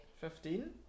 Fifteen